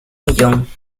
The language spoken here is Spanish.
millón